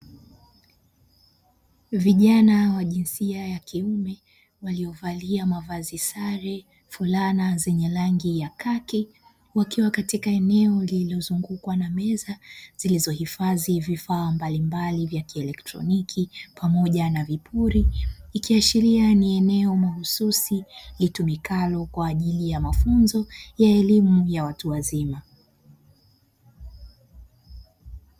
Vijana wa jinsia ya kiume waliovalia mavazi sare fulana zenye rangi ya kaki, wakiwa katika eneo lililozungukwa na meza zilizohifadhi vifaa mbalimbali vya kilektroniki, pamoja na vipuli, ikiashiria ni eneo mahususi litumikalo kwa ajili ya mafunzo ya elimu ya watu wazima.